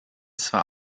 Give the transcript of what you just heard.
zwar